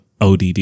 ODD